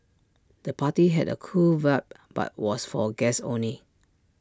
the party had A cool vibe but was for guests only